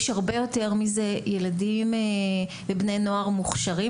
יש הרבה יותר מזה ילדים ובני נוער מוכשרים.